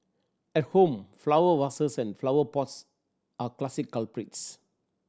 at home flower vases and flower pots are classic culprits